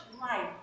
life